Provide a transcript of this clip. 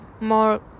more